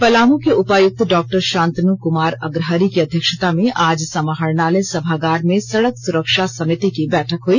पलामू के उपायुक्त डॉक्टर शांतनू कुमार अग्रहरि की अध्यक्षता में आज समाहरणालय सभागार में सड़क सुरक्षा समिति की बैठक हुई